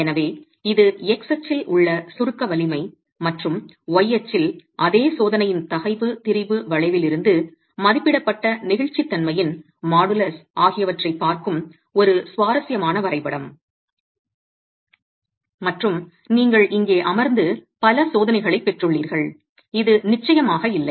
எனவே இது x அச்சில் உள்ள சுருக்க வலிமை மற்றும் y அச்சில் அதே சோதனையின் தகைவு திரிபு வளைவில் இருந்து மதிப்பிடப்பட்ட நெகிழ்ச்சித்தன்மையின் மாடுலஸ் ஆகியவற்றைப் பார்க்கும் ஒரு சுவாரஸ்யமான வரைபடம் மற்றும் நீங்கள் இங்கே அமர்ந்து பல சோதனைகளைப் பெற்றுள்ளீர்கள் இது நிச்சயமாக இல்லை